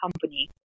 company